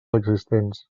existents